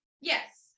Yes